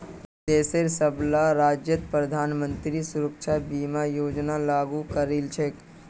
देशेर सबला राज्यत प्रधानमंत्री सुरक्षा बीमा योजना लागू करील छेक